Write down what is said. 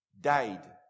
died